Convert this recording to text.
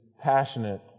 passionate